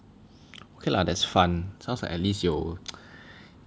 okay lah that's fun sounds like at least 有